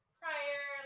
prior